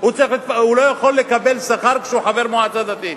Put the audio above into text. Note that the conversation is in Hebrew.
הוא לא יכול לקבל שכר כשהוא חבר מועצה דתית.